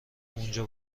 اونجا